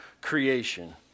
creation